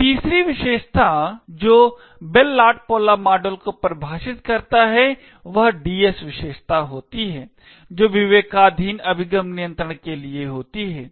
तीसरी विशेषता जो बेल लाडपौला मॉडल को परिभाषित करती है वह DS विशेषता होती है जो विवेकाधीन अभिगम नियंत्रण के लिए होती है